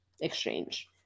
exchange